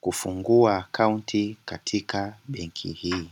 kufungua akaunti katika benki hii.